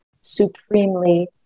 supremely